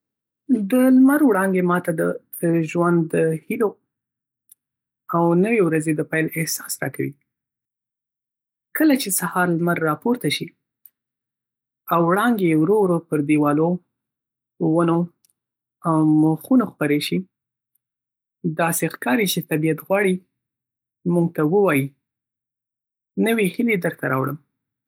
د لمر وړانګې ما ته د ژوندد هیلو، او نوې ورځې د پیل احساس راکوي. کله چې سهار لمر راپورته شي، او وړانګې ورو ورو پر دېوالو، ونو، او مخونو خپرې شي، داسې ښکاري چې طبیعت غواړي موږ ته ووایي: "نوې هیله درته راوړم.".